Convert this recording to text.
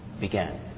began